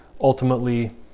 ultimately